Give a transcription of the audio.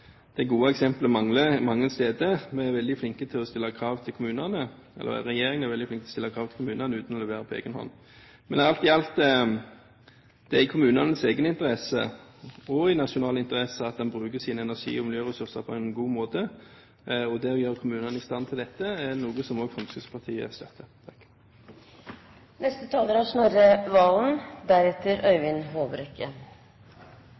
gode eksempelet mangler mange steder. Regjeringen er veldig flink til å stille krav til kommunene uten å levere på egen hånd. Men alt i alt: Det er i kommunenes egeninteresse og i nasjonal interesse at en bruker sine energi- og miljøressurser på en god måte, og det å gjøre kommunene i stand til dette er noe også Fremskrittspartiet støtter. Alle utslipp er